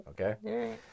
Okay